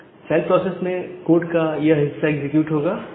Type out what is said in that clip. child process में code का यह हिस्सा एग्जीक्यूट होगा